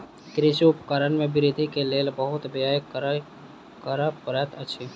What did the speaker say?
कृषि उपकरण में वृद्धि के लेल बहुत व्यय करअ पड़ैत अछि